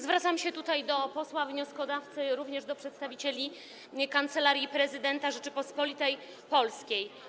Zwracam się tutaj do posła wnioskodawcy, również do przedstawicieli Kancelarii Prezydenta Rzeczypospolitej Polskiej.